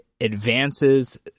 advances